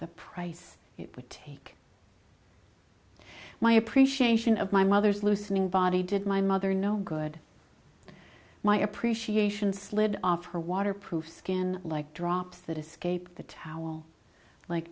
the price it would take my appreciation of my mother's loosening body did my mother no good my appreciation slid off her waterproof skin like drops that escaped the towel like